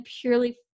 purely